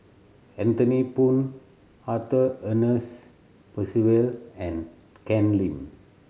Anthony Poon Arthur Ernest Percival and Ken Lim